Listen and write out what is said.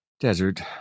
desert